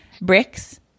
bricks